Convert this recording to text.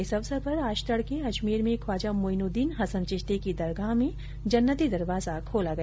इस अवसर पर आज तड़के अजमेर में ख्वाजा मोइनुद्दीन हसन चिश्ती की दरगाह में जन्नती दरवाजा खोला गया